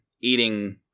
eating